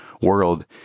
world